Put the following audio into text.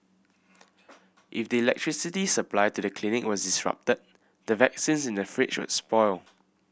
if the electricity supply to the clinic was disrupted the vaccines in the fridge would spoil